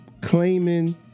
claiming